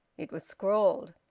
it was scrawled.